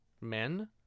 men